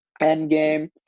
Endgame